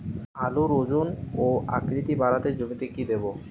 আলুর ওজন ও আকৃতি বাড়াতে জমিতে কি দেবো?